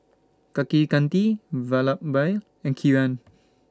Kaneganti Vallabhbhai and Kiran